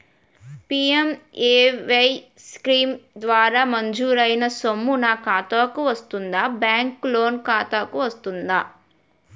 PMAY scheme ద్వారా మంజూరైన సొమ్ము నా ఖాతా కు వస్తుందాబ్యాంకు లోన్ ఖాతాకు వస్తుందా?